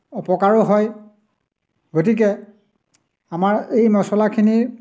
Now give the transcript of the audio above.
অপকাৰো হয় গতিকে আমাৰ এই মচলাখিনি